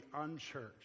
unchurched